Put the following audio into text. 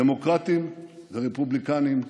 דמוקרטים ורפובליקנים,